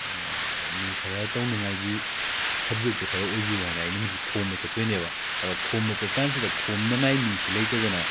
ꯃꯤ ꯈꯔ ꯇꯧꯅꯤꯡꯉꯥꯏꯒꯤ ꯁꯕꯖꯦꯛꯇꯨ ꯈꯔ ꯑꯣꯏꯕꯤꯌꯨꯕ ꯍꯥꯏꯅ ꯑꯩꯅ ꯃꯤꯁꯤ ꯈꯣꯝꯕ ꯆꯠꯇꯣꯏꯅꯦꯕ ꯑꯗ ꯈꯣꯝꯕ ꯆꯠ ꯀꯥꯟꯁꯤꯗ ꯈꯣꯝꯅꯉꯥꯏ ꯃꯤꯁꯤ ꯂꯩꯇꯗꯅ